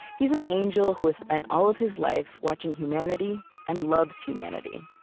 he's an angel who has spent all of his life watching humanity and loves humanity.